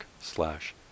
slash